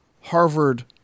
Harvard